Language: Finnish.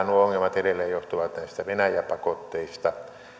nuo ongelmat edelleen johtuvat näistä venäjä pakotteista